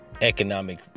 Economic